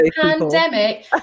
pandemic